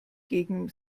gegen